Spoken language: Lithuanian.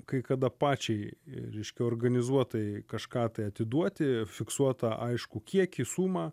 kai kada pačiai ir ryškiai organizuotai kažką tai atiduoti fiksuotą aišku kiekį sumą